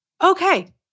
Okay